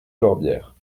corbière